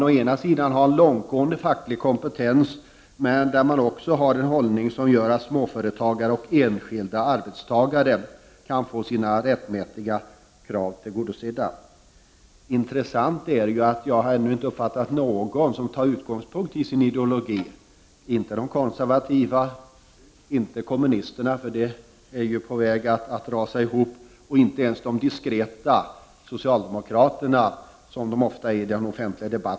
Å ena sidan har man en långtgående facklig kompetens och å andra sidan en hållning, som gör att småföretagare och enskilda arbetstagare kan få sina rättmätiga krav uppfyllda. Intressant är att jag ännu inte har uppfattat att någon tar sitt partis ideologi som utgångspunkt i debatten. Det gör inte de konservativa och inte kommunisterna, vars ideologi är på väg att rasa ihop. Det gör inte ens de i den offentliga debatten ofta diskreta socialdemokraterna.